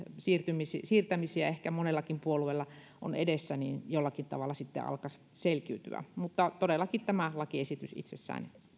siirtämisiä ehkä monellakin puolueella on edessä jollakin tavalla alkaisi selkiytyä mutta todellakin tämä lakiesitys itsessään